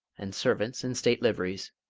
and servants in state liveries.